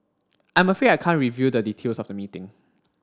I'm afraid I can't reveal the details of the meeting